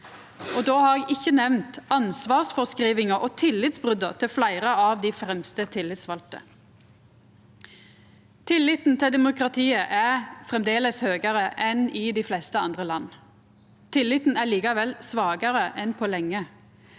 Og då har eg ikkje nemnt ansvarsfråskrivinga og tillitsbrota til fleire av dei fremste tillitsvalde. Tilliten til demokratiet er framleis høgare enn i dei fleste andre land. Tilliten er likevel svakare enn på lenge.